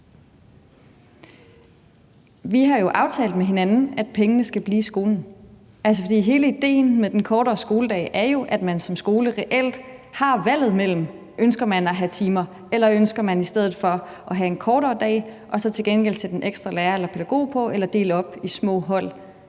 Vi har jo aftalt med hinanden, at pengene skal blive i skolen, for hele idéen med den kortere skoledag er jo, at man som skole reelt har valget mellem, om man ønsker at have timer, eller om man i stedet for ønsker at have en kortere dag og så til gengæld sætte en ekstra lærer eller pædagog på eller dele eleverne op i små hold.